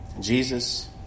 Jesus